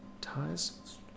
ties